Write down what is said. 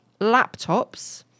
laptops